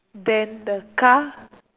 then the car